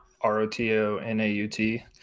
R-O-T-O-N-A-U-T